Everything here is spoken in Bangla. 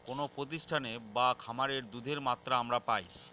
কোনো প্রতিষ্ঠানে বা খামারে দুধের মাত্রা আমরা পাই